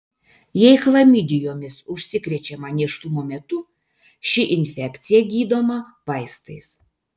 jei chlamidijomis užsikrečiama nėštumo metu ši infekcija gydoma vaistais